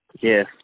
Yes